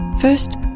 First